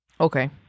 Okay